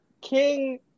King